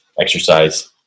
Exercise